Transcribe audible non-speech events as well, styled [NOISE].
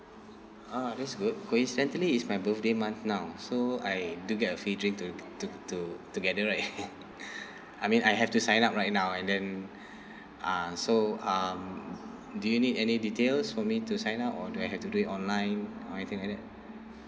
ah that's good coincidently it's my birthday month now so I do get a free drink to to to together right [LAUGHS] I mean I have to sign up right now and then uh so um do you need any details for me to sign up or do I have to do it online or anything like that